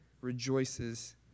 rejoices